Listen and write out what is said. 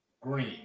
Green